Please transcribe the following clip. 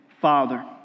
Father